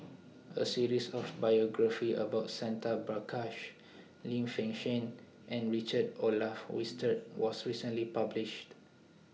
A series of biographies about Santha Bhaskar Lim Fei Shen and Richard Olaf Winstedt was recently published